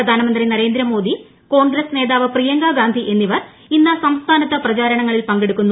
പ്രധാനമന്ത്രി നരേന്ദ്രമോദി കോൺഗ്രസ് നേതാവ് പ്രിയങ്ക ഗാന്ധി എന്നിവർ ഇന്ന് സംസ്ഥാനത്ത് പ്രചാരണങ്ങളിൽ പങ്കെടുക്കുന്നു